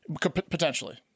Potentially